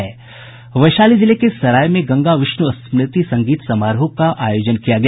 वैशाली जिले के सराय में गंगा विष्णु स्मृति संगीत समारोह का आयोजन किया गया